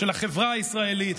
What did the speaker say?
של החברה הישראלית,